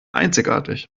einzigartig